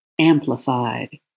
amplified